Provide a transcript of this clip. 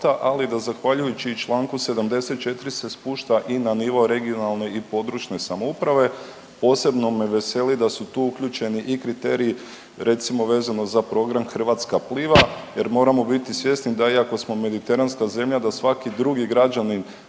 ali da zahvaljujući čl. 74 se spušta i na nivo regionalne i područne samouprave, posebno me veseli da su tu uključeni i kriteriji recimo vezano za program Hrvatska pliva jer moramo biti svjesni da iako smo mediteranska zemlja, da svaki drugi građanin